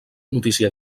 notícia